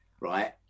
right